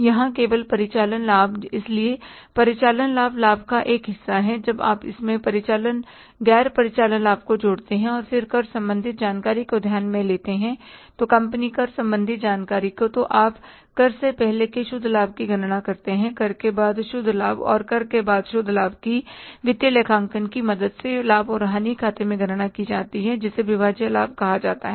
यहां केवल परिचालन लाभ इसलिए परिचालन लाभ लाभ का एक हिस्सा है जब आप इसमें गैर परिचालन लाभ को जोड़ते हैं और फिर कर संबंधित जानकारी को ध्यान में लेते हैं कंपनी कर संबंधित जानकारी को तो आप कर से पहले के शुद्ध लाभ की गणना करते हैं कर के बाद शुद्ध लाभ और कर के बाद शुद्ध लाभ की वित्तीय लेखांकन की मदद से लाभ और हानि खाते में गणना की जाती है जिसे एक विभाज्य लाभ कहा जाता है